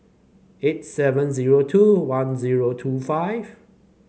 eight seven zero two one zero two five